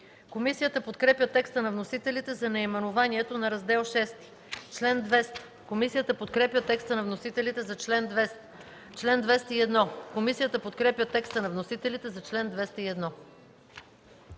Комисията подкрепя текста на вносителите за наименованието на Раздел VІ. Комисията подкрепя текста на вносителите за чл. 200.